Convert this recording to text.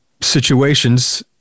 situations